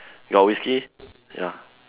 got whiskey ya